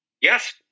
Yes